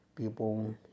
People